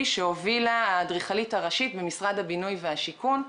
שהובילה האדריכלית הראשית במשרד הבינוי והשיכון,